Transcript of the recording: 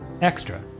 Extra